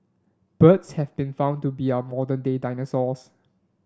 birds have been found to be our modern day dinosaurs